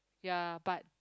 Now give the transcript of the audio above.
ya but